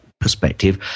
perspective